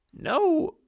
no